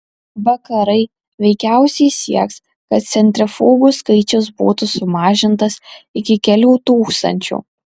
vakarai veikiausiai sieks kad centrifugų skaičius būtų sumažintas iki kelių tūkstančių